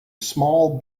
small